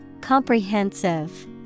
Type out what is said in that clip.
Comprehensive